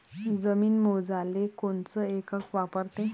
जमीन मोजाले कोनचं एकक वापरते?